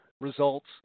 results